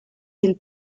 ils